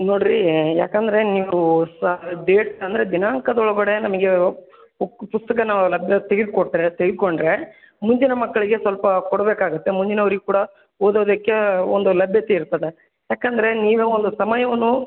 ನೋಡಿ ರೀ ಯಾಕಂದರೆ ನೀವು ಸ ಡೇಟ್ಸ್ ಅಂದರೆ ದಿನಾಂಕದೊಳಗಡೆ ನಮಗೆ ಪುಕ್ ಪುಸ್ತಕನ ಅಭ್ಯರ್ಥಿಗೆ ಕೊಟ್ಟರೆ ತೆಗೆದುಕೊಂಡ್ರೆ ಮುಂದಿನ ಮಕ್ಕಳಿಗೆ ಸ್ವಲ್ಪ ಕೊಡಬೇಕಾಗತ್ತೆ ಮುಂದಿನವ್ರಿಗೆ ಕೂಡ ಓದೋದಕ್ಕೆ ಒಂದು ಲಭ್ಯತೆ ಇರ್ತದೆ ಯಾಕಂದರೆ ನೀವು ಒಂದು ಸಮಯವನ್ನು